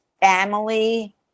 family